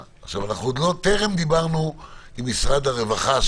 וטרם דיברנו עם משרד הרווחה.